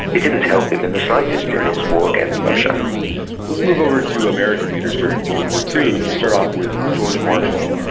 it didn't help him in the slightest in his war against russia let's move over to american leaders during world war ii, and you start off with george marshall,